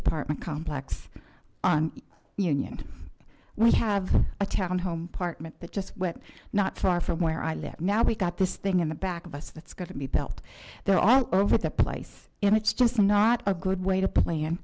apartment complex union we have a town home partment that just not far from where i live now we've got this thing in the back of us that's got to be built there all over the place and it's just not a good way to pla